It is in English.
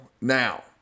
Now